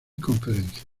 conferencias